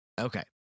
Okay